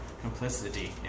complicity